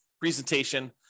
presentation